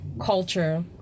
culture